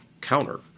counter